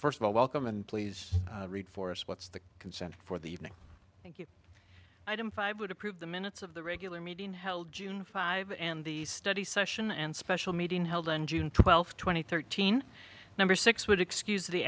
first of all welcome and please read for us what's the consent for the evening i didn't five would approve the minutes of the regular meeting held june five and the study session and special meeting held on june twelfth two thousand and thirteen number six would excuse the